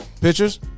Pictures